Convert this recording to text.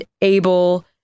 able